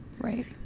Right